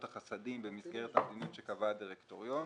החסדים במסגרת המדיניות שקבע הדירקטוריון.